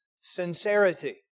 sincerity